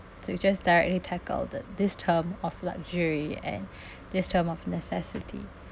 so you just directly tackle that this term of luxury and this term of necessity